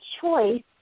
choice